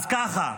אז ככה,